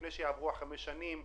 לפני שיעברו החמש שנים,